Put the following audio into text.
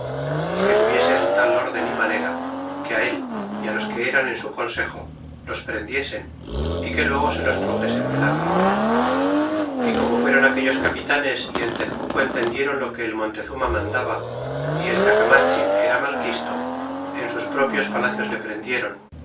é que tuviesen tal órden y manera que á él y los que eran en su consejo los prendiesen y que luego se los truxesen delante y como fueron aquellos capitanes y en tezcuco entendieron lo que el montezuma mandaba y el caramatzin era malquisto en sus propios palacios le prendieron